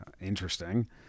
interesting